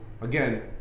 again